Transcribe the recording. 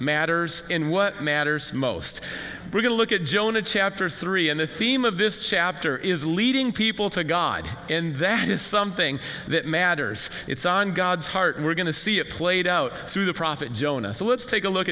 matters in what matters most we're going to look at jonah chapter three and the theme of this chapter is leading people to god and that is something that matters it's on god's heart and we're going to see it played out through the prophet jonah so let's take a look